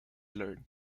learned